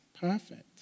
perfect